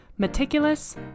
Meticulous